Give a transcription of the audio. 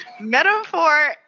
Metaphor